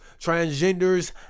transgenders